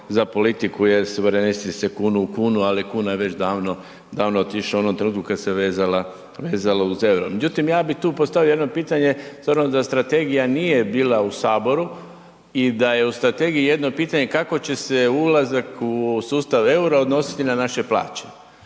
za politiku jer suverenisti se kunu u kunu ali kuna je već davno, davno otišla, u onom trenutku kada se vezala uz euro. Međutim ja bih tu postavio jedno pitanje s obzirom da strategija nije bila u Saboru i da je u strategiji jedno pitanje kako će se ulazak u sustav euro odnositi na naše plaće.